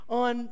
on